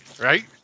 Right